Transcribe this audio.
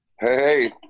Hey